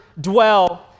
dwell